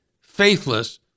faithless